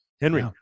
Henry